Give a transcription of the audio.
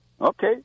Okay